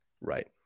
Right